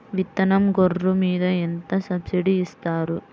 విత్తనం గొర్రు మీద ఎంత సబ్సిడీ ఇస్తారు?